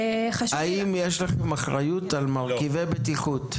האם יש לכם אחריות על מרכיבי בטיחות?